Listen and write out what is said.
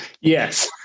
Yes